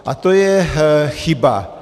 A to je chyba.